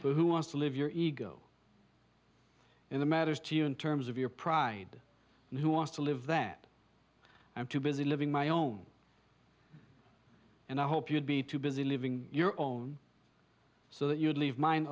who wants to live your ego in the matters to you in terms of your pride and who want to live that i'm too busy living my own and i hope you'd be too busy living your own so that you leave mine